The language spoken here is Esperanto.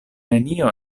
nenio